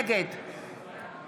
נגד